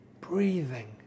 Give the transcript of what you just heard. breathing